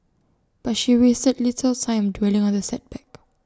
but she wasted little time dwelling on the setback